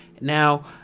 Now